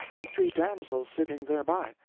and three damsels sitting thereby.